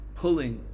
pulling